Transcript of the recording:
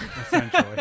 Essentially